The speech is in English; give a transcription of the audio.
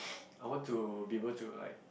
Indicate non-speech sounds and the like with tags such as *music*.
*noise* I want to be able to like